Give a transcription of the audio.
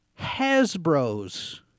Hasbro's